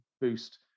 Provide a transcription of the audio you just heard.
boost